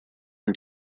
and